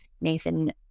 Nathan